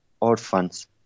orphans